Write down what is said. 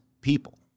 people